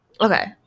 Okay